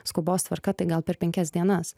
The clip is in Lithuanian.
skubos tvarka tai gal per penkias dienas